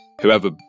whoever